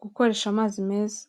gukoresha amazi meza.